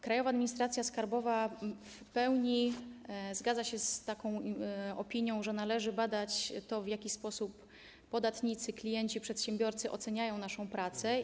Krajowa Administracja Skarbowa w pełni zgadza się z opinią, że należy badać to, w jaki sposób podatnicy, klienci, przedsiębiorcy oceniają naszą pracę.